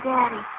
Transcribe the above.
Daddy